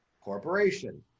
Corporation